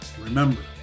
remember